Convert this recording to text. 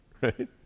right